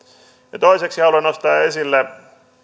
toiseksi haluan nostaa esille